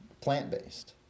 plant-based